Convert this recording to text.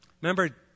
Remember